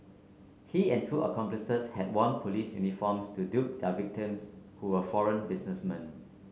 he and two accomplices had worn police uniforms to dupe their victims who were foreign businessmen